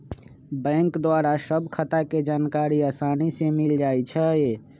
bank द्वारा सभ खता के जानकारी असानी से मिल जाइ छइ